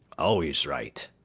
always right.